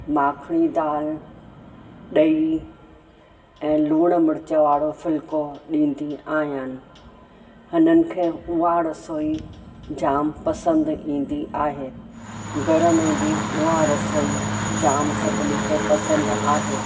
माखणी दालि ॾही ऐं लूणु मिर्च वारो फुल्को ॾींदी आहियां हिननि खे उहा रसोई जाम पसंदि ईंदी आहे घर में बि उहा रसोई सभिनी खे जाम पसंदि आहे